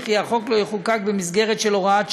וכי החוק לא יחוקק במסגרת של הוראת שעה,